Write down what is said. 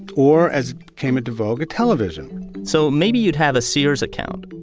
or as came into vogue, a television so maybe you'd have a sears account.